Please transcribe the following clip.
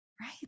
right